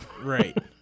right